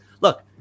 Look